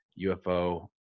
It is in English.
ufo